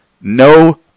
no